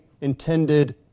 intended